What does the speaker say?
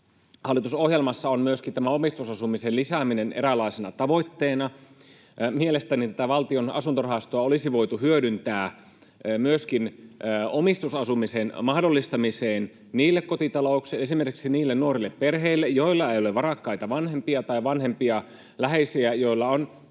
Hallitusohjelmassa on myöskin tämä omistusasumisen lisääminen eräänlaisena tavoitteena. Mielestäni tätä Valtion asuntorahastoa olisi voitu hyödyntää myöskin omistusasumisen mahdollistamiseen esimerkiksi niille nuorille perheille, joilla ei ole varakkaita vanhempia tai vanhempia läheisiä, joilla on